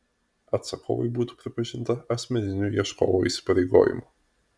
atsakovui būtų pripažinta asmeniniu ieškovo įsipareigojimu